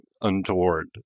untoward